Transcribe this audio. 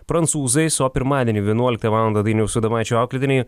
prancūzais o pirmadienį vienuoliktą valandą dainiaus adomaičio auklėtiniai